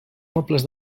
mobles